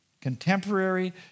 Contemporary